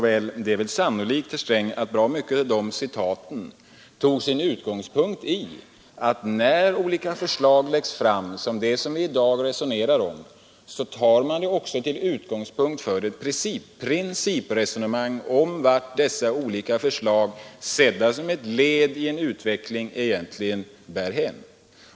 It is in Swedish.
Men det är väl sannolikt, herr Sträng, att bra mycket av citaten tog sin utgångspunkt i att när olika förslag, såsom det vi i dag resonerar om, läggs fram, tar man dem till utgångspunkt för principresonemang om vart dessa olika förslag, sedda som ett led i en utveckling, egentligen bär hän.